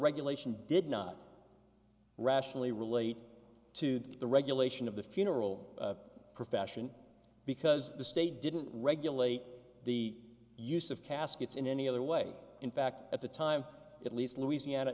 regulation did not rationally relate to the regulation of the funeral profession because the state didn't regulate the use of caskets in any other way in fact at the time at least louisiana